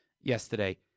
yesterday